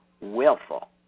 willful